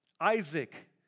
Isaac